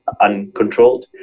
uncontrolled